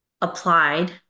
applied